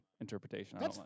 interpretation